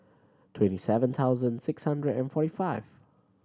twenty seven thousand six hundred and forty five